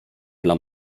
dla